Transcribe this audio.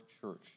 church